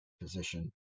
position